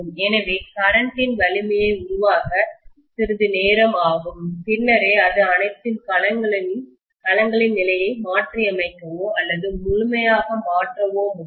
எனவே கரண்ட்டின் வலிமையை உருவாக்க சிறிது நேரம் ஆகும் பின்னரே அது அனைத்து களங்களின் நிலையை மாற்றியமைக்கவோ அல்லது முழுமையாக மாற்றவோ முடியும்